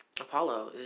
Apollo